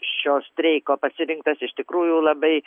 šio streiko pasirinktas iš tikrųjų labai